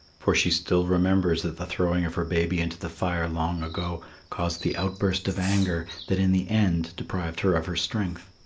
for she still remembers that the throwing of her baby into the fire long ago caused the outburst of anger that in the end deprived her of her strength.